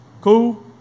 Cool